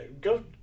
go